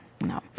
No